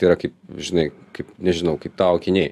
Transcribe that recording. yra kaip žinai kaip nežinau kaip tau akiniai